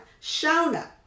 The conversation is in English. Shona